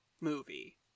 movie